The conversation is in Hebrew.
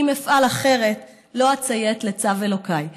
כי אם אפעל אחרת לא אציית לצו אלוקיי.